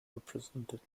represented